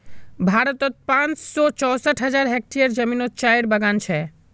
भारतोत पाँच सौ चौंसठ हज़ार हेक्टयर ज़मीनोत चायेर बगान छे